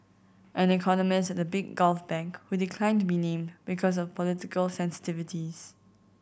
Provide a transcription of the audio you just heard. an economist at a big Gulf bank who declined to be named because of political sensitivities